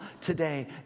today